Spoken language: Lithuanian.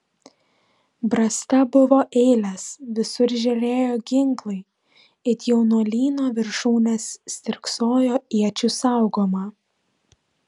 brasta buvo eilės visur žėrėjo ginklai it jaunuolyno viršūnės stirksojo iečių saugoma